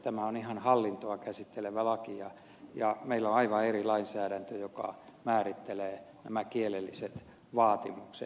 tämä on ihan hallintoa käsittelevä laki ja meillä on aivan eri lainsäädäntö joka määrittelee nämä kielelliset vaatimukset